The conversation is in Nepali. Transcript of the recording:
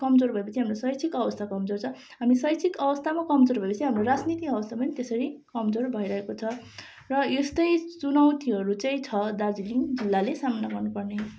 कमजोर भएपछि हाम्रो शैक्षिक अवस्था कमजोर छ हामी शैक्षिक अवस्थामा कमजोर भएपछि हाम्रो राजनीति अवस्था पनि त्यसरी कमजोर भइरहेको छ र यस्तै चुनौतीहरू चाहिँ छ दार्जिलिङ जिल्लाले सामना गर्नुपर्ने